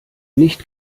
nicht